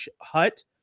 hut